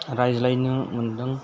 रायज्लायनो मोन्दों